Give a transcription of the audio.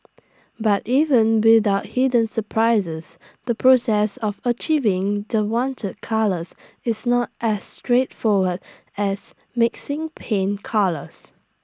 but even without hidden surprises the process of achieving the wanted colours is not as straightforward as mixing paint colours